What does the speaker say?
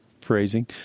phrasing